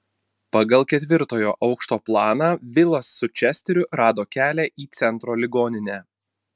pagal ketvirtojo aukšto planą vilas su česteriu rado kelią į centro ligoninę